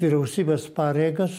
vyriausybės pareigas